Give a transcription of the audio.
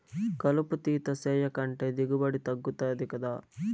కలుపు తీత సేయకంటే దిగుబడి తగ్గుతది గదా